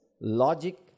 logic